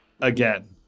again